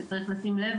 שצריך לשים לב